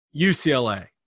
UCLA